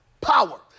Power